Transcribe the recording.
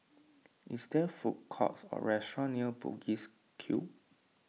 is there food courts or restaurants near Bugis Cube